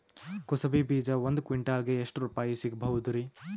ಕುಸಬಿ ಬೀಜ ಒಂದ್ ಕ್ವಿಂಟಾಲ್ ಗೆ ಎಷ್ಟುರುಪಾಯಿ ಸಿಗಬಹುದುರೀ?